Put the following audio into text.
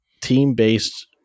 team-based